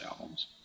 albums